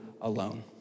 alone